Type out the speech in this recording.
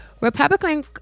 Republican